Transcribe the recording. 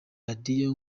radio